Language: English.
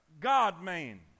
God-man